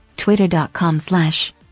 Twitter.com/slash